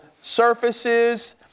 surfaces